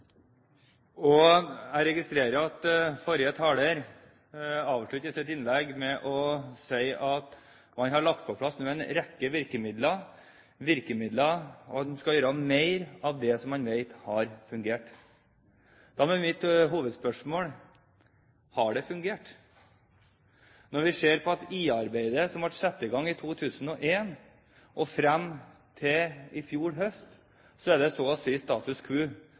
sykefraværsdebatten. Jeg registrerer at forrige taler avsluttet sitt innlegg med å si at man nå har lagt på plass en rekke virkemidler, at en skal gjøre mer av det en vet har fungert. Da blir mitt hovedspørsmål: Har det fungert? Når vi ser på det IA-arbeidet som ble satt i gang i 2001, og som varte frem til i fjor høst, er det så å si status